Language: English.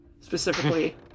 specifically